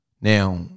Now